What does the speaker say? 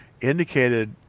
indicated